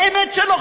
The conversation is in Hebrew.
באמת שלא,